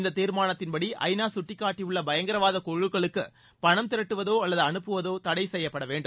இந்த தீர்மானத்தின்படி ஐநா கட்டிக்காட்டியுள்ள பயங்கரவாத குழுக்களுக்கு பணம் திரட்டுவதோ அல்லது அனுப்புவதோ தடை செய்யப்பட வேண்டும்